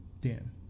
Dan